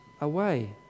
away